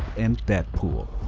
and deadpool.